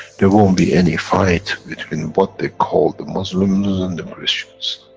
there won't be any fight, between what they call the muslim and the christians.